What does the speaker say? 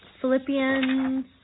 Philippians